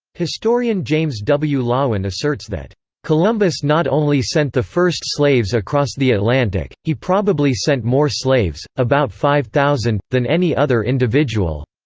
historian james w. loewen asserts that columbus not only sent the first slaves across the atlantic, he probably sent more slaves about five thousand than any other individual.